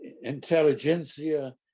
intelligentsia